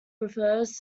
refers